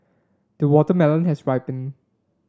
the watermelon has ripened